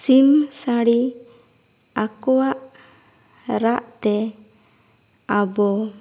ᱥᱤᱢ ᱥᱟᱺᱰᱤ ᱟᱠᱚᱣᱟᱜ ᱨᱟᱜ ᱛᱮ ᱟᱵᱚ